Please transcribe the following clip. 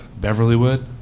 Beverlywood